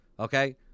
Okay